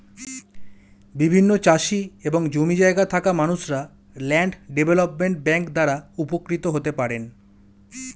বিভিন্ন চাষি এবং জমি জায়গা থাকা মানুষরা ল্যান্ড ডেভেলপমেন্ট ব্যাংক দ্বারা উপকৃত হতে পারেন